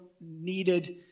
needed